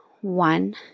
One